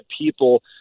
people